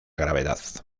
gravedad